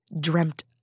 dreamt